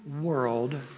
world